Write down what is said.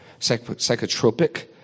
Psychotropic